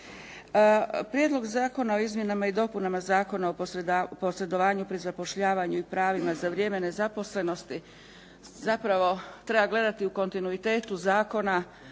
Prijedlog zakona o Izmjenama i dopunama zakona o posredovanju pri zapošljavanju i pravima za vrijeme nezaposlenosti zapravo treba gledati u kontinuitetu zakona